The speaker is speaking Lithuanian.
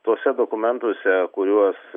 tuose dokumentuose kuriuos